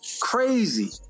crazy